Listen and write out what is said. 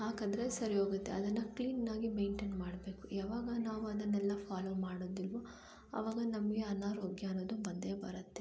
ಹಾಕದ್ರೆ ಸರಿ ಹೋಗುತ್ತೆ ಅದನ್ನು ಕ್ಲೀನ್ ಆಗಿ ಮೇಯ್ನ್ಟೈನ್ ಮಾಡಬೇಕು ಯಾವಾಗ ನಾವು ಅದನ್ನೆಲ್ಲ ಫಾಲೋ ಮಾಡೋದಿಲ್ವೋ ಅವಾಗ ನಮಗೆ ಅನಾರೋಗ್ಯ ಅನ್ನೋದು ಬಂದೇ ಬರತ್ತೆ